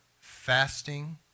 fasting